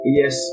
yes